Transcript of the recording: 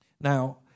Now